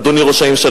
אדוני ראש הממשלה,